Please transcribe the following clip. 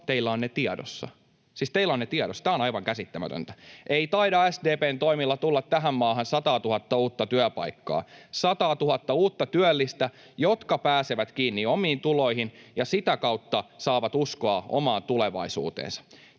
teillä on ne tiedossa. Siis teillä on ne tiedossa, tämä on aivan käsittämätöntä. Ei taida SDP:n toimilla tulla tähän maahan sataatuhatta uutta työpaikkaa, sataatuhatta uutta työllistä, jotka pääsevät kiinni omiin tuloihin ja sitä kautta saavat uskoa omaan tulevaisuuteensa.